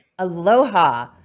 aloha